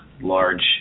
large